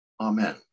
Amen